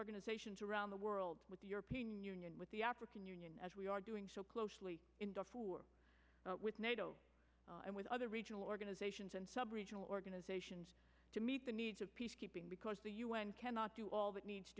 organizations around the world with the european union with the african union as we are doing so closely in darfur with nato and with other regional organizations and sub regional organizations to meet the needs of peacekeeping because the u n cannot do all that needs